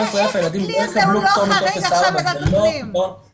12 אלף ילדים לא יקבלו פטור מטופס 4,